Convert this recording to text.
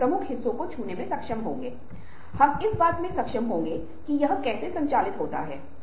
सारी शिक्षा रचनात्मकता की तैयारी है